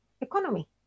economy